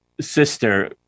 sister